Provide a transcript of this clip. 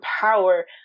power